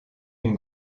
une